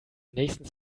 nächsten